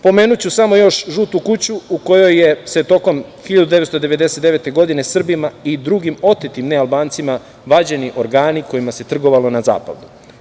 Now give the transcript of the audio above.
Pomenuću samo još „Žutu kuću“ u kojoj se tokom 1999. godine Srbima i drugim otetim nealbancima, vađeni organi kojima se trgovalo na zapadu.